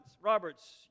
Roberts